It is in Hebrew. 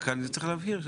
רק צריך להבהיר,